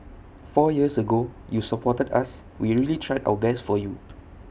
four years ago you supported us we really tried our best for you